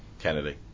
Kennedy